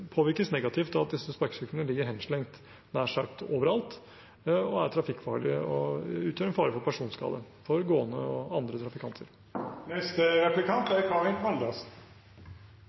påvirkes negativt av at disse sparkesyklene ligger henslengt nær sagt overalt, er trafikkfarlige og utgjør en fare for personskade for gående og andre trafikanter.